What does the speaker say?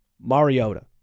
Mariota